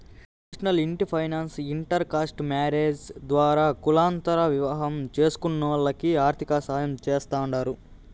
national ఇంటి finance intercaste marriages ద్వారా కులాంతర వివాహం చేస్కునోల్లకి ఆర్థికసాయం చేస్తాండారు